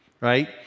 right